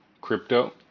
crypto